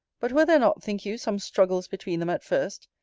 but were there not, think you, some struggles between them at first,